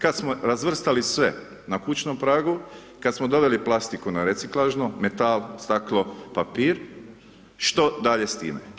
Kad smo razvrstali sve na kućnom pragu, kad smo doveli plastiku na reciklažno, metal, staklo, papir, što dalje s time?